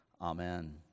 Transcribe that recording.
Amen